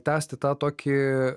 tęsti tą tokį